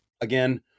again